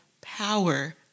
power